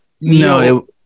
No